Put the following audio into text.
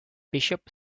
bishop